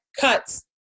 cuts